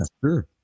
sure